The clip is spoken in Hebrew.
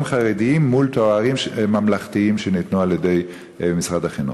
חרדיים מול תארים ממלכתיים שניתנו על-ידי משרד החינוך?